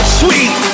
sweet